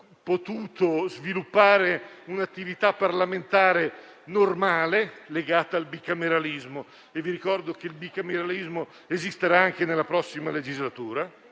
potuto sviluppare un'attività parlamentare normale, legata al bicameralismo (che vi ricordo esisterà anche nella prossima legislatura).